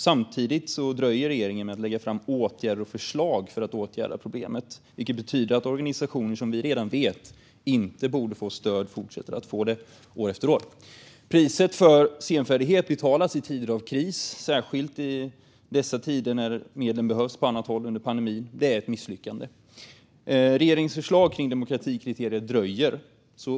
Samtidigt dröjer regeringen med att lägga fram förslag för att åtgärda problemet, vilket betyder att organisationer som vi redan vet inte borde få stöd fortsätter att få det år efter år. Priset för senfärdigheten betalas i tider av kris, särskilt i dessa tider under pandemin, när medlen behövs på annat håll. Det är ett misslyckande. Regeringens förslag om demokratikriterier dröjer.